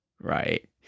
Right